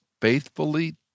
Faithfully